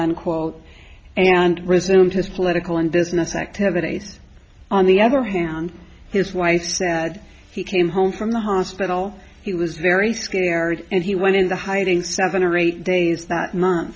unquote and resumed his political and business activities on the other hand his wife said he came home from the hospital he was very scared and he went into hiding seven or eight days that month